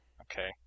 Okay